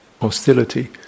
hostility